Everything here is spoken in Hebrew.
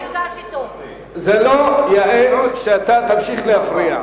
זה לא יאה שאתה תמשיך להפריע.